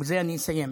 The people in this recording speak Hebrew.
ובזה אני אסיים,